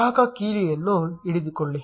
ಗ್ರಾಹಕ ಕೀಲಿಯನ್ನು ಹಿಡಿದುಕೊಳ್ಳಿ